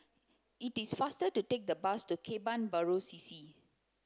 it is faster to take the bus to Kebun Baru C C